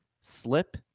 Slip